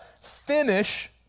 finish